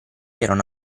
erano